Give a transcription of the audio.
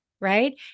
right